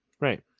Right